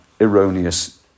erroneous